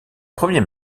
premier